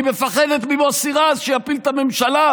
כי היא מפחדת ממוסי רז, שיפיל את הממשלה,